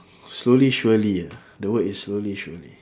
slowly surely ah the word is slowly surely